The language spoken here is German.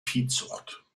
viehzucht